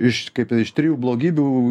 iš kaip ir iš trijų blogybių